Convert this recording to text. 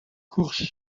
courses